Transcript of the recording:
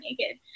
naked